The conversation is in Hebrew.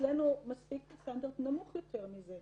אצלנו מספיק סטנדרט נמוך יותר מזה.